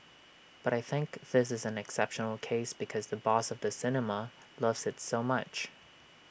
but I think this is an exceptional case because the boss of the cinema loves IT so much